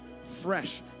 fresh